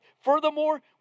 Furthermore